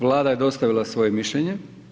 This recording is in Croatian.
Vlada je dostavila svoje mišljenje.